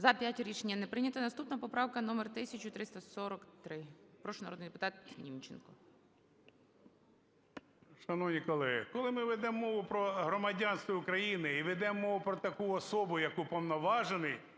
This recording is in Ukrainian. За-5 Рішення не прийнято. Наступна поправка номер 1343. Прошу, народний депутат Німченко. 13:33:25 НІМЧЕНКО В.І. Шановні колеги, коли ми ведемо мову про громадянство України і ведемо мову про таку особу як уповноважений,